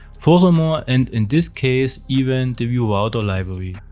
furthermore and in this case, even the vue router library.